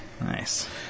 Nice